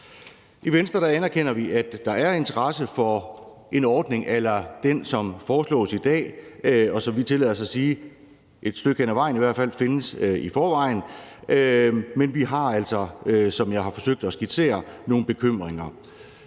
I Venstre anerkender vi, at der er interesse for en ordning a la den, som foreslås i dag, og som vi tillader os at sige – et stykke hen ad vejen i hvert fald – findes i forvejen, men vi har altså, som jeg har forsøgt at skitsere, nogle bekymringer.